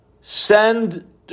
send